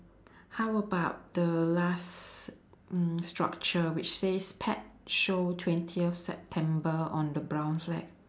how about the last mm structure which says pet show twentieth september on the brown flag